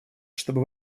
чтобы